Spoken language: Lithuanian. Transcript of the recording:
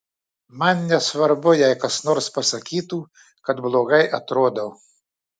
man nesvarbu jei kas nors pasakytų kad blogai atrodau